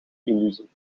illusie